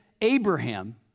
Abraham